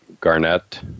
Garnett